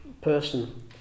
person